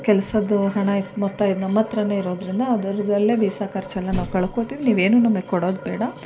ಕೆಲಸದ್ದು ಹಣ ಮೊತ್ತ ನಮ್ಮ ಹತ್ರನೇ ಇರೋದ್ರಿಂದ ಅದರಲ್ಲೇ ವೀಸಾ ಖರ್ಚೆಲ್ಲ ನಾವು ಕಳ್ಕೊಳ್ತೀವಿ ನೀವೇನು ನಮಗೆ ಕೊಡೋದು ಬೇಡ